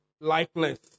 likeness